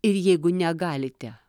ir jeigu negalite